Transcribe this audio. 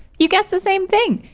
you guessed the same thing!